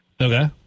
Okay